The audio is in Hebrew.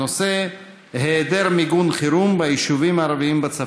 הנושא: היעדר מיגון חירום ביישובים הערביים בצפון.